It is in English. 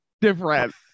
different